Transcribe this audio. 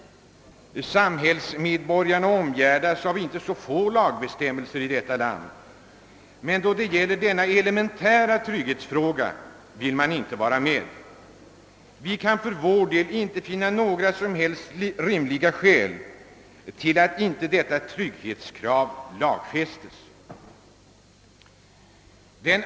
— Samhällsmedborgarna omgärdas av inte så få lagbestämmelser som tillvaratar deras intressen, men då det gäller denna elementära trygghetsfråga vill man inte vara med. Vi kan för vår del inte finna några rimliga skäl till att detta trygghetskrav inte lagfästes.